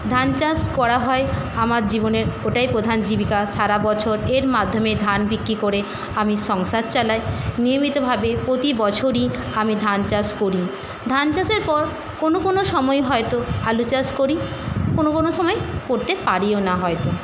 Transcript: ধান চাষ করা হয় আমার জীবনের ওটাই প্রধান জীবিকা সারাবছর এর মাধ্যমে ধান বিক্রি করে আমি সংসার চালাই নিয়মিতভাবে প্রতি বছরই আমি ধান চাষ করি ধান চাষের পর কোনো কোনো সময় হয়তো আলু চাষ করি কোনো কোনো সময় করতে পারিও না হয়তো